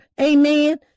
Amen